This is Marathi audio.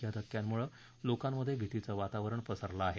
या धक्क्यांमुळे लोकांमध्ये भीतीचं वातावरण पसरलं आहे